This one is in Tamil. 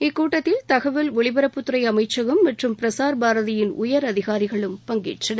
இக்கூட்டத்தில் தகவல் ஒலிபரப்புத்துறை அமைச்சகம் மற்றும் பிரசார் பாரதியின் உயர் அதிகாரிகளும் பங்கேற்றனர்